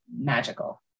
magical